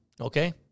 Okay